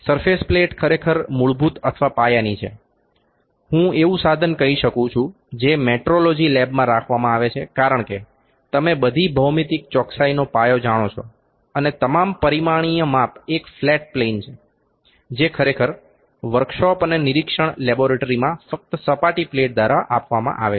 surface plate ખરેખર મૂળભૂત અથવા પાયાની છે હું એવું સાધન કહી શકું છું જે મેટ્રોલોજી લેબમાં રાખવામાં આવે છે કારણ કે તમે બધી ભૌમિતિક ચોકસાઈનો પાયો જાણો છો અને તમામ પરિમાણીય માપ એક ફ્લેટ પ્લેન છે જે ખરેખર વર્કશોપ અને નિરીક્ષણ લેબોરેટરીસમાં ફક્ત સપાટી પ્લેટ દ્વારા આપવામાં આવે છે